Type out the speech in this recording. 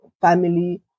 family